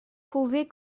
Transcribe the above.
pouvaient